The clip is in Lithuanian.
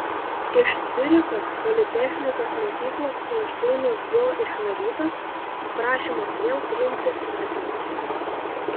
iš ciuricho politechnikos mokyklos einšteinas buvo išvarytas o prašymas vėl priimti atmestas